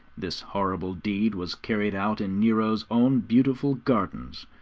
this horrible deed was carried out in nero's own beautiful gardens,